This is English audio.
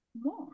more